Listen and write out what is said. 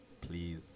please